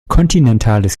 kontinentales